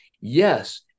yes